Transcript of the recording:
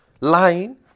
lying